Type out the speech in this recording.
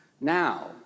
Now